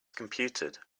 computed